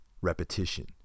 repetition